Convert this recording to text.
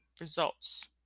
results